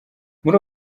muri